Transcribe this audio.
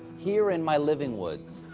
here in my living woods.